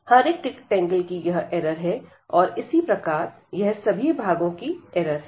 हर एक रेक्टेंगल की यह एरर है और इसी प्रकार यह सभी भागों की एरर है